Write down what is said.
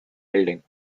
building